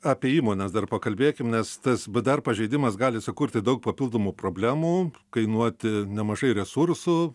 apie įmones dar pakalbėkim nes tas bdr pažeidimas gali sukurti daug papildomų problemų kainuoti nemažai resursų